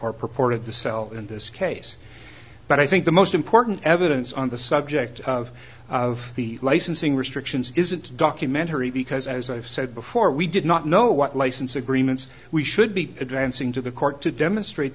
or purported to sell in this case but i think the most important evidence on the subject of of the licensing restrictions isn't a documentary because as i've said before we did not know what license agreements we should be addressing to the court to demonstrate